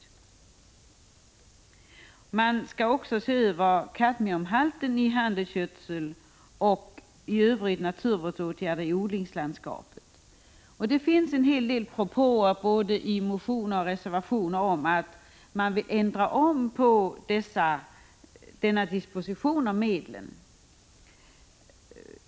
Man skall också se över kadmiumhalten i handelsgödsel och i övrigt vidta naturvårdsåtgärder i odlingslandskapet. Det finns en hel del propåer i både motioner och reservationer om att ändra denna disposition av medlen.